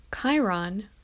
Chiron